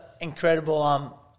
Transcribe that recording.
incredible